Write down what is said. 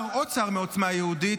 עוד שר מעוצמה יהודית,